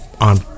on